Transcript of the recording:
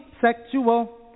Sexual